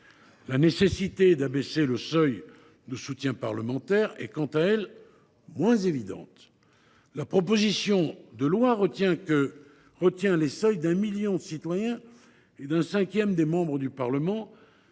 La nécessité d’abaisser le seuil de soutiens parlementaires est, quant à elle, moins évidente. Sont retenus dans le présent texte les seuils d’un million de citoyens et d’un cinquième des membres du Parlement.